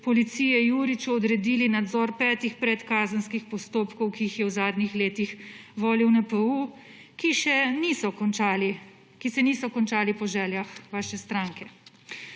policije Juriču odredili nadzor petih predkazenskih postopkov, ki jih je v zadnjih letih vodil NPU, ki se niso končali po željah vaše stranke.